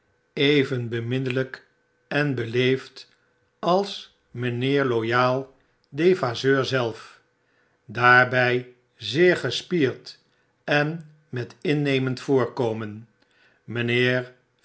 even beminnelyk en beleefd als mijnheer loyal devasseur zelf daarbij zeer gespierd en met innemend voorkomen mijnheer